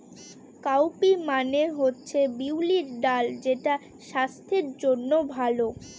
cowpea মানে হচ্ছে বিউলির ডাল যেটা স্বাস্থ্যের জন্য ভালো